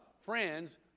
friends